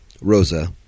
Rosa